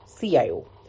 CIO